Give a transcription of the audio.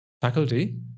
faculty